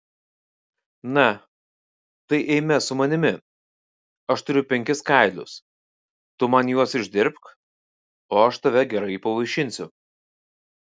na tai eime su manimi aš turiu penkis kailius tu man juos išdirbk o aš tave gerai pavaišinsiu